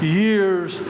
years